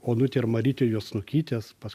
onutė ir marytė juodsnukytės pas